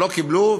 לא קיבלו,